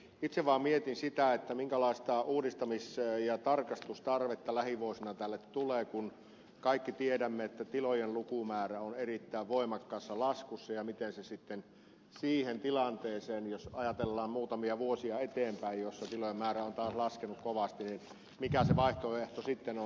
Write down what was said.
itse vaan mietin sitä minkälaista uudistamis ja tarkastustarvetta lähivuosina tälle tulee kun kaikki tiedämme että tilojen lukumäärä on erittäin voimakkaassa laskussa ja mikä se sitten siihen tilanteeseen jos ajatellaan muutamia vuosia eteenpäin jolloin tilojen määrä on taas laskenut kovasti mikä se vaihtoehto sitten siinä tilanteessa on